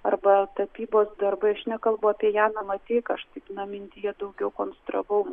arba tapybos darbai aš nekalbu apie janą mateiką aš taip na mintyje daugiau konstravau